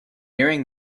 nearing